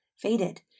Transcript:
faded